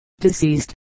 deceased